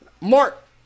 Mark